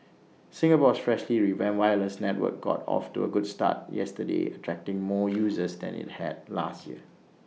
Singapore's freshly revamped wireless network got off to A good start yesterday attracting more users than IT had last year